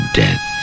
death